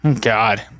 God